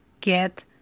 get